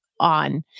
on